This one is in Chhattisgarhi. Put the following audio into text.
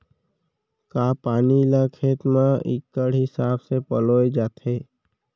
का पानी ला खेत म इक्कड़ हिसाब से पलोय जाथे?